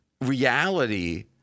reality